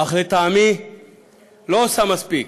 אך לטעמי לא עושה מספיק.